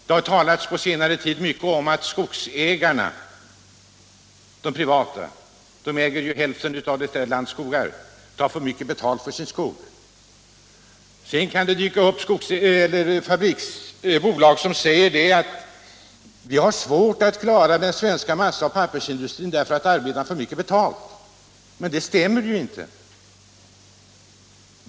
Det har under senare tid talats mycket om att de privata skogsägarna — de äger ju hälften av landets skogar — tar för mycket betalt för sin skog. Och sedan kan det dyka upp bolag som säger: Vi har svårt att klara den svenska massaoch pappersindustrin därför att arbetarna har för mycket betalt. Men det stämmer ju inte.